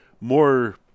more